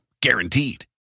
guaranteed